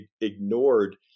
ignored